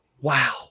Wow